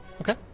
Okay